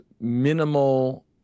minimal